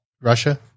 Russia